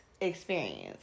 experience